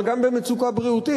אבל גם במצוקה בריאותית.